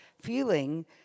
feeling